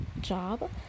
job